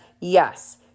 yes